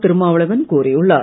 திருமாவளவன் கோரியுள்ளார்